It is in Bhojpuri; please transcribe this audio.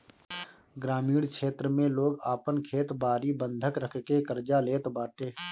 ग्रामीण क्षेत्र में लोग आपन खेत बारी बंधक रखके कर्जा लेत बाटे